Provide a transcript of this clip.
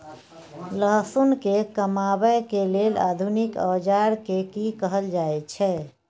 लहसुन के कमाबै के लेल आधुनिक औजार के कि कहल जाय छै?